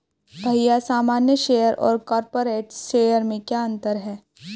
भैया सामान्य शेयर और कॉरपोरेट्स शेयर में क्या अंतर है?